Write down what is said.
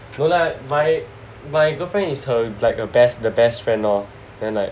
no lah my my girlfriend is her like the best the best friend lor then like